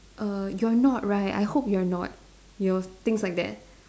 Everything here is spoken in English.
err you're not right I hope you're not you know things like that